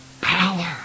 Power